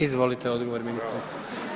Izvolite odgovor